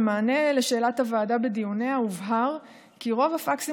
במענה לשאלת הוועדה בדיוניה הובהר כי רוב הפקסים